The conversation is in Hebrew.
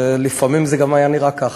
ולפעמים זה גם היה נראה ככה.